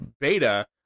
beta